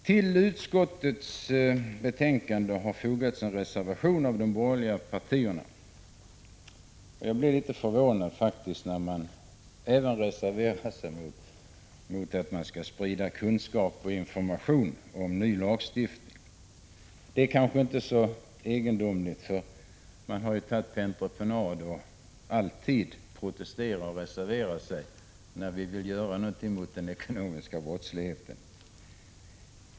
Till utskottsbetänkandet har fogats en reservation av de borgerliga partiernas företrädare. Jag blir faktiskt litet förvånad när man även reserverar sig mot att det skall spridas kunskap och information om ny lagstiftning. Men det är kanske inte så egendomligt att man gör på detta sätt, för man har ju tagit på entreprenad att alltid protestera och reservera sig, när vi vill vidta åtgärder mot den ekonomiska brottsligheten.